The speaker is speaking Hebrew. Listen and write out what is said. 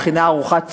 מכינה ארוחת צהריים,